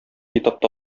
этапта